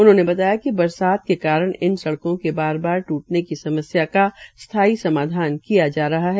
उन्होंने बताया कि बरसात के कारण इन सड़कों को बार बार ट्रटने की समस्या का स्थाई समाधान किया जा रहा है